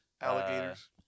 Alligators